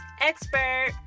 expert